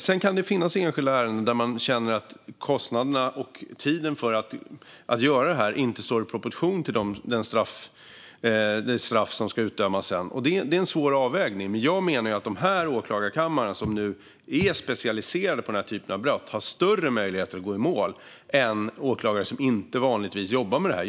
Sedan kan det finnas enskilda ärenden där man känner att kostnaderna och tiden för att göra detta inte står i proportion till det straff som sedan ska utdömas. Det är en svår avvägning. Jag menar dock att de åklagarkamrar som nu är specialiserade på denna typ av brott har större möjligheter att gå i mål än åklagare som inte vanligtvis jobbar med detta.